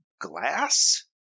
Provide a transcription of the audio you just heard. glass